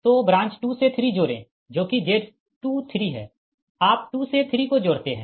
तो ब्रांच 2 से 3 जोड़े जो कि Z23 है आप 2 से 3 को जोड़ते है